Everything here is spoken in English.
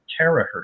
terahertz